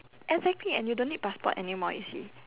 exactly and you don't need passport anymore you see